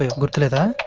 looking at us.